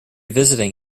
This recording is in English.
visiting